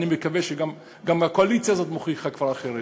ואני מקווה שגם הקואליציה הזאת מוכיחה כבר אחרת.